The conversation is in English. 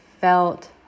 felt